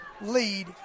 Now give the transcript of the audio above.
lead